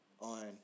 on